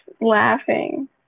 laughing